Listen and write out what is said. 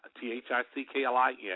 T-H-I-C-K-L-I-N